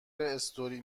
استوری